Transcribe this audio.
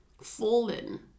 fallen